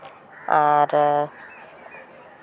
ᱟᱨ